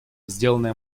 сделанное